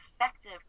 effective